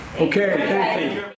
Okay